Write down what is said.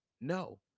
No